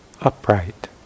upright